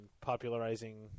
popularizing